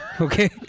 Okay